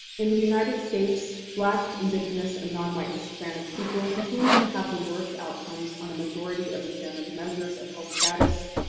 in the united states, black, indigenous, and non-white hispanic people continue to have the worst outcomes on a majority of examined measures of health status,